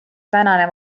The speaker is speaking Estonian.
tänane